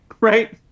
Right